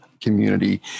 community